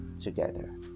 together